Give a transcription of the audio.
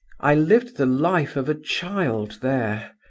i lived the life of a child there,